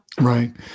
Right